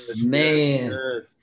Man